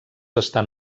estan